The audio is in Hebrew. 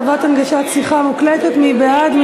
חובת הנגשת שיחה מוקלטת) מי בעד?